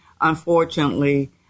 unfortunately